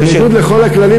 בניגוד לכל הכללים,